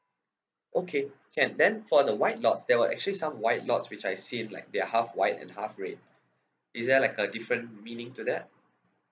okay can then for the white lots there were actually some white lots which I seen like they're half white and half red is there like a different meaning to that